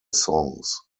songs